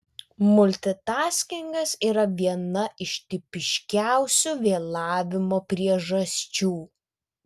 multitaskingas yra viena iš tipiškiausių vėlavimo priežasčių